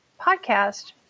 podcast